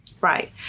Right